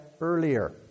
earlier